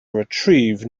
retrieve